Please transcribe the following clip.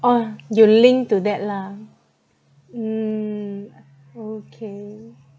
oh you link to that lah mm okay